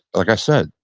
like i said,